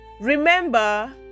Remember